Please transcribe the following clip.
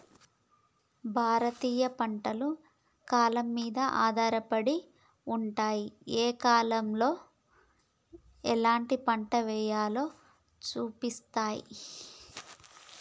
భారతీయ పంటలు కాలం మీద ఆధారపడి ఉంటాయి, ఏ కాలంలో కాలం ఎలాంటి పంట ఎయ్యాలో సూపిస్తాయి